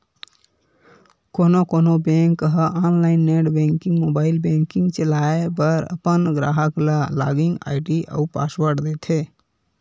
कोनो कोनो बेंक ह online net banking, mobile banking चलाए बर अपन गराहक ल लॉगिन आईडी अउ पासवर्ड देथे